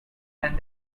and